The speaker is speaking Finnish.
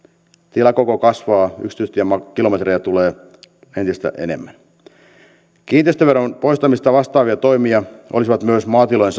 tilakoko kasvaa yksityistiekilometrejä tulee entistä enemmän kiinteistöveron poistamista vastaavia toimia olisivat myös maatilojen